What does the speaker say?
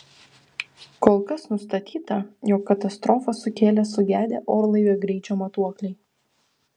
kol kas nustatyta jog katastrofą sukėlė sugedę orlaivio greičio matuokliai